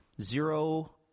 zero